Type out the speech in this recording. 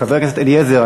חבר הכנסת אליעזר,